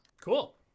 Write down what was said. cool